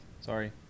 Sorry